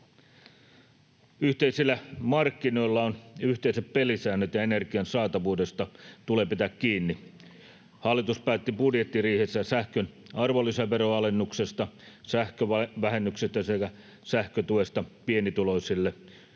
Yhteisillä markkinoilla on yhteiset pelisäännöt, ja energian saatavuudesta tulee pitää kiinni. Hallitus päätti budjettiriihessä sähkön arvonlisäveron alennuksesta, sähkövähennyksestä sekä sähkötuesta pienituloisille.